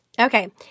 Okay